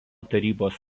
tarybos